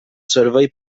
servei